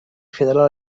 federal